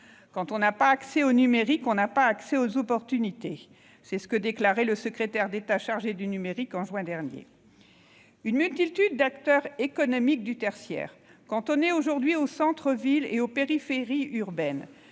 Quand on n'a pas accès au numérique, on n'a pas accès aux opportunités », comme l'a déclaré le secrétaire d'État chargé du numérique en juin dernier. Une multitude d'acteurs économiques du tertiaire, cantonnés aujourd'hui aux centres-villes et aux périphéries urbaines,